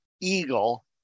eagle